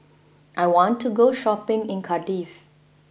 I want to go shopping in Cardiff